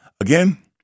Again